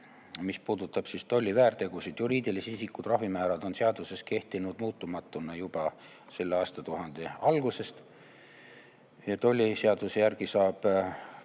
mis puudutab tolli väärtegusid. Juriidilise isiku trahvimäärad on seaduses kehtinud muutumatuna selle aastatuhande algusest. Tolliseaduse järgi saab